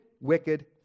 wicked